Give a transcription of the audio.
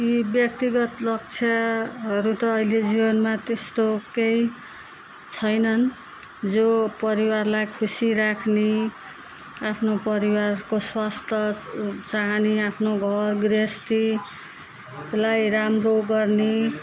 यी व्यक्तिगत लक्ष्यहरू त अहिले जीवनमा त्यस्तो केही छैनन् जो परिवारलाई खुसी राख्ने आफ्नो परिवारको स्वस्थ चाहने आफ्नो घर गृहस्थी लाई राम्रो गर्ने